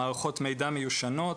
מערכות מידע מיושנות,